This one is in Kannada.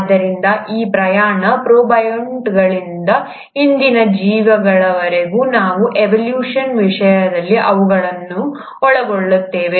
ಆದ್ದರಿಂದ ಈ ಪ್ರಯಾಣ ಪ್ರೋಟೋಬಯಾಂಟ್ಗಳಿಂದ ಇಂದಿನ ಜೀವಿಗಳವರೆಗೆ ನಾವು ಎವೊಲ್ಯೂಶನ್ ವಿಷಯದಲ್ಲಿ ಅವುಗಳನ್ನು ಒಳಗೊಳ್ಳುತ್ತೇವೆ